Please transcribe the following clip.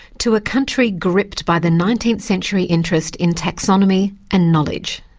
to a country gripped by the nineteenth-century interest in taxonomy and knowledge.